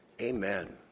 Amen